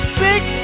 big